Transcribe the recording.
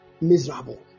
miserable